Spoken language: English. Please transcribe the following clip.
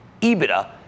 EBITDA